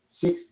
six